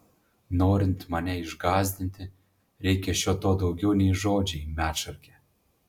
norint mane išgąsdinti reikia šio to daugiau nei žodžiai medšarke